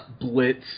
Blitz